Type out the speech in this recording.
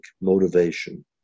motivation